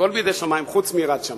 הכול בידי שמים חוץ מיראת שמים.